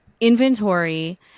inventory